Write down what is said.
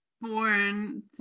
born